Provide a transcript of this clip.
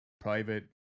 private